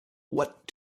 what